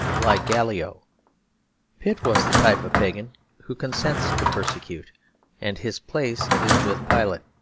like gallio pitt was the type of pagan who consents to persecute and his place is with pilate.